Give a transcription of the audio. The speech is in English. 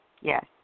Yes